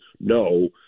no